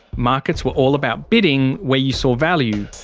markets were all about bidding where you saw value,